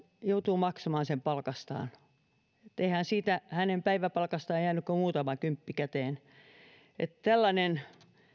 joutuu maksamaan sen palkastaan ja eihän siitä hänen päiväpalkastaan jäänyt kuin muutama kymppi käteen tällainen